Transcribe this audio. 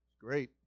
Great